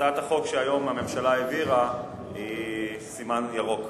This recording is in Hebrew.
הצעת החוק שהממשלה העבירה היום היא סימן ירוק.